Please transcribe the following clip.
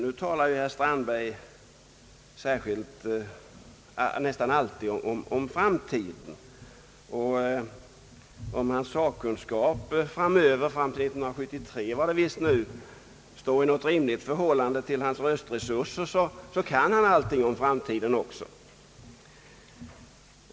Nu talar herr Strandberg nästan alltid om framtiden, och om hans sakkunskap fram till 1973 står i något rimligt förhållande till hans röstresurser, kan han allting om framtiden också.